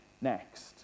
next